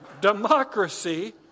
Democracy